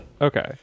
Okay